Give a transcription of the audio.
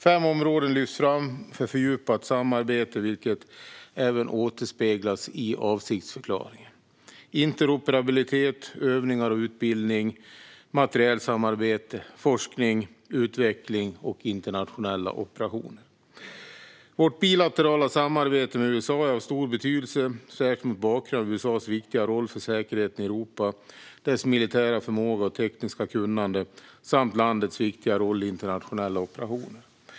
Fem områden lyfts fram för fördjupat samarbete, vilka även återspeglas i avsiktsförklaringen: interoperabilitet, övningar och utbildning, materielsamarbete, forskning och utveckling samt internationella operationer. Vårt bilaterala samarbete med USA är av stor betydelse, särskilt mot bakgrund av USA:s viktiga roll för säkerheten i Europa, dess militära förmåga och tekniska kunnande samt landets viktiga roll i internationella operationer.